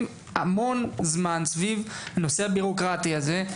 המון זמן סביב הנושא הביורוקרטי הזה.